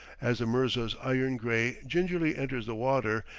as the mirza's iron-gray gingerly enters the water,